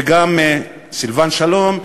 וגם סילבן שלום,